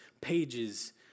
pages